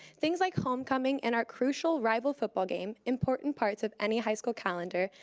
things like homecoming and our crucial rival football game, important parts of any high school calendar,